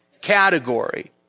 category